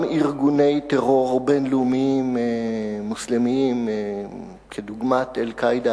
גם ארגוני טרור בין-לאומיים מוסלמיים כדוגמת "אל-קאעידה",